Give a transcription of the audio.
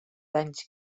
danys